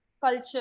culture